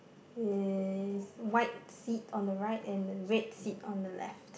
is white seat on the right and red seat on the left